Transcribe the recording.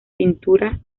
pinturas